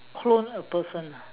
clone a person ah